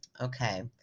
Okay